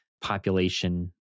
population